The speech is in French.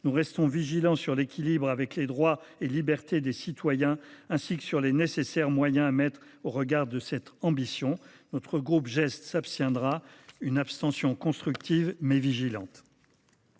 Nous restons vigilants sur l’équilibre avec les droits et libertés de citoyens, ainsi que sur les nécessaires moyens à mettre au regard de cette ambition. Le groupe GEST s’abstiendra – une abstention constructive, mais vigilante.